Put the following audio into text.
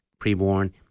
Preborn